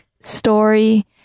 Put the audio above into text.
story